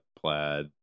plaid